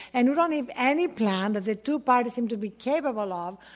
and we don't have any plan that the two parties seem to be capable ah of,